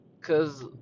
Cause